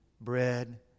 bread